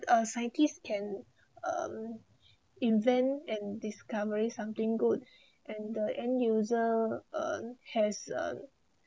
a scientists can um invent and discovery something good and the end user earn has um